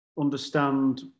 understand